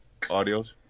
audios